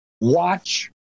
watch